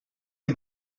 les